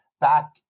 back